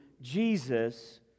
Jesus